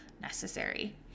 necessary